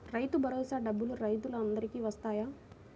రైతు భరోసా డబ్బులు రైతులు అందరికి వస్తాయా?